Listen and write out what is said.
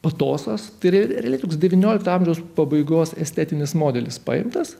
patosas tai realiai toks devyniolikto amžiaus pabaigos estetinis modelis paimtas